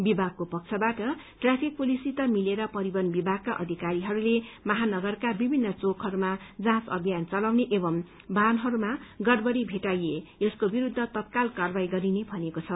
विभागको पक्षबाट ट्राफिक पुलिससित मिलेर परिवहन विभागका अधिकारीहरूले महानगरका विभिन्न चोकहरूमा जाँच अभियान चलाउने एवं वाहनहरूमा गड़बड़ी भेट्टाए यसको विरूद्ध तत्काल कारवाही गरिने भनिएको छ